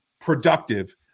productive